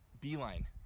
beeline